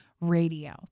radio